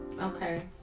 Okay